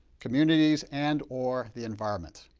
communities, and or the environment.